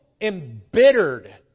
embittered